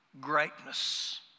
greatness